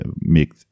make